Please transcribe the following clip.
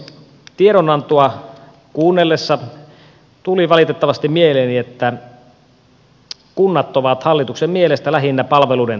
tiedonantoa kuunnellessa tuli valitettavasti mieleeni että kunnat ovat hallituksen mielestä lähinnä palveluiden tuottajia